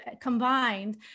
combined